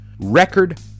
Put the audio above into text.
record